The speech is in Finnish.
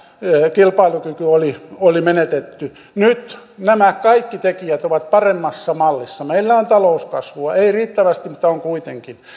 kilpailukyky oli oli menetetty nyt nämä kaikki tekijät ovat paremmalla mallilla meillä on talouskasvua ei riittävästi mutta on kuitenkin